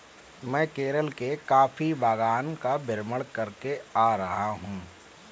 मैं केरल के कॉफी बागान का भ्रमण करके आ रहा हूं